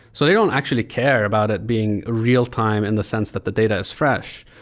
so they don't actually care about it being real-time in the sense that the data is fresh.